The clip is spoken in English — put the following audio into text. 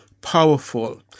Powerful